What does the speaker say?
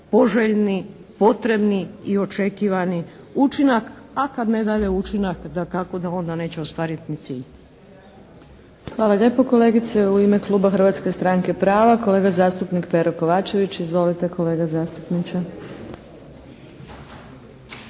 poželjni, potrebni i očekivani učinak, a kad ne daje učinak, dakako da onda neće ostvariti ni cilj. **Adlešič, Đurđa (HSLS)** Hvala lijepo kolegice. U ime kluba Hrvatske stranke prava, kolega zastupnik Pero Kovačević. Izvolite kolega zastupniče.